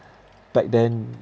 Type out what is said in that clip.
back then